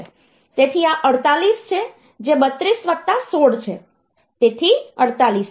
તેથી આ 48 છે જે 32 વત્તા 16 છે તેથી 48 છે